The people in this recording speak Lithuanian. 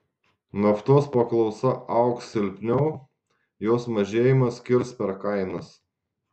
naftos paklausa augs silpniau jos mažėjimas kirs per kainas